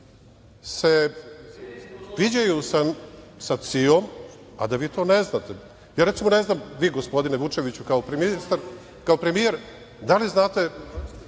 se viđaju sa CIA-om, a da vi to ne znate. Ja recimo ne znam vi, gospodine Vučeviću, kao premijer da li znate